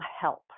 help